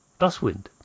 Dustwind